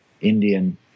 Indian